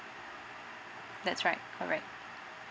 that's right correct